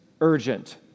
urgent